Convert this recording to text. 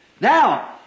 Now